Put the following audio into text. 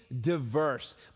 diverse